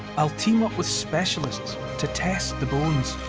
i'll team up with specialists to test the bones.